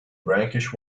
brackish